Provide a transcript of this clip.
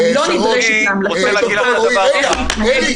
ואני לא נדרשת להמלצות שלך איך להתנהג בתור --- שרון,